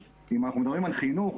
אם אנחנו מדברים על חינוך,